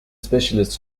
specialists